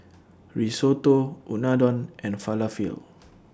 Risotto Unadon and Falafel